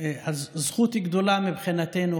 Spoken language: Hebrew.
הזכות גדולה מבחינתנו,